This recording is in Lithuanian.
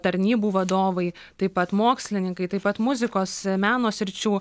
tarnybų vadovai taip pat mokslininkai taip pat muzikos meno sričių